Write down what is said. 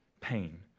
pain